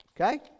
okay